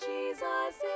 Jesus